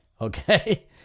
Okay